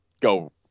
go